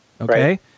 Okay